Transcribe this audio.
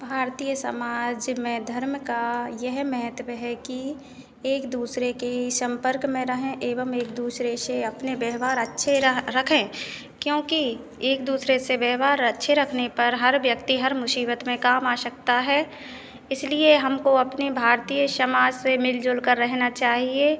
भारतीय समाज में धर्म का यह महत्व है कि एक दूसरे के संपर्क में रहें एवं एक दूसरे से अपने व्यव्हार अच्छे रहे रखें क्योंकि एक दूसरे से व्यव्हार अच्छे रखने पर हर व्यक्ति हर मुसीबत में काम आ सकता है इसलिए हमको अपने भारतीय समाज से मिलजुलकर रहना चाहिए